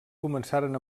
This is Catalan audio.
començaren